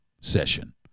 session